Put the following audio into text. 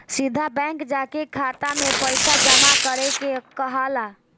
सीधा बैंक जाके खाता में पइसा जामा करे के कहाला